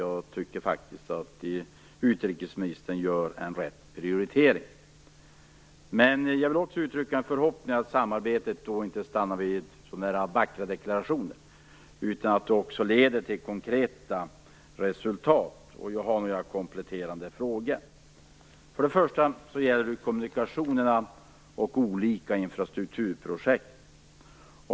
Jag tycker att utrikesministern gör en riktig prioritering. Jag vill också uttrycka en förhoppning om att samarbetet inte stannar vid vackra deklarationer, utan att det också leder till konkreta resultat. Jag har några kompletterande frågor. Till att börja med gäller det kommunikationerna och olika infrastrukturprojekt.